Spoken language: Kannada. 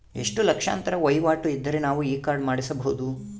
ಎಷ್ಟು ಲಕ್ಷಾಂತರ ವಹಿವಾಟು ಇದ್ದರೆ ನಾವು ಈ ಕಾರ್ಡ್ ಮಾಡಿಸಬಹುದು?